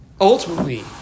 ultimately